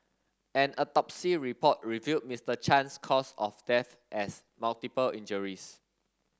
an autopsy report revealed Mister Chang's cause of death as multiple injuries